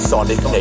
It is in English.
Sonic